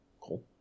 Cool